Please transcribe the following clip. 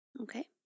Okay